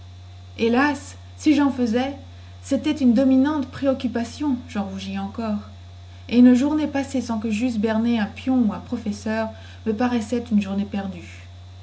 hélas si jen faisais cétait une dominante préoccupation jen rougis encore et une journée passée sans que jeusse berné un pion ou un professeur me paraissait une journée perdue